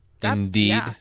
Indeed